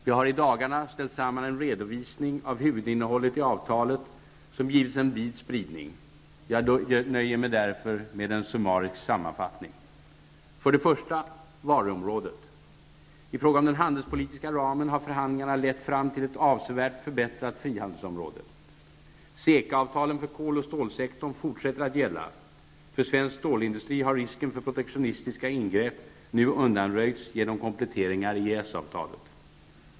Vi har i dagarna ställt samman en redovisning av huvudinnehållet i avtalet som givits en vid spridning. Jag nöjer mig därför med en summarisk sammanfattning. För det första varuområdet: -- I fråga om den handelspolitiska ramen har förhandlingarna lett fram till ett avsevärt förbättrat frihandelsområde. -- CECA-avtalet för kol och stålsektorn fortsätter att gälla. För svensk stålindustri har risken för protektionistiska ingrepp nu undanröjts genom kompletteringar i EES-avtalet.